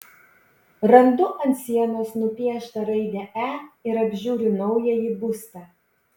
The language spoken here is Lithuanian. randu ant sienos nupieštą raidę e ir apžiūriu naująjį būstą